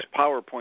PowerPoint